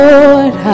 Lord